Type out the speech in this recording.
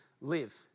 live